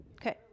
okay